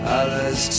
others